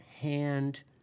hand